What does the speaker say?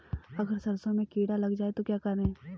अगर सरसों में कीड़ा लग जाए तो क्या करें?